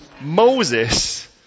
Moses